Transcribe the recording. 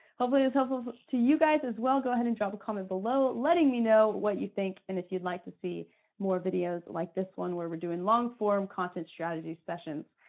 hopefully it's helpful to you guys as well. go ahead and drop a comment below letting me know what you think, and if you'd like to see more videos like this one where we're doing long form content strategy sessions.